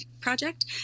project